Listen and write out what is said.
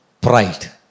pride